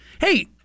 Hey